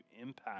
impact